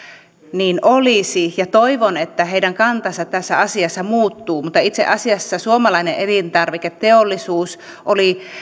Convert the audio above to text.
niin olisi ja toivon että heidän kantansa tässä asiassa muuttuu mutta itse asiassa suomalainen elintarviketeollisuus oli